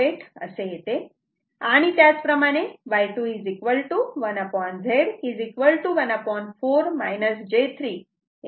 08 असे येते आणि त्याचप्रमाणे Y2 1 Z 1 4 j 3 01